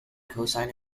cosine